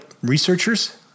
researchers